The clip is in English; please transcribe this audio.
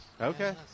Okay